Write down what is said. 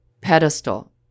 pedestal